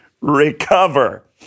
recover